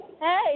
Hey